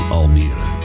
Almere